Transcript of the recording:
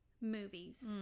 movies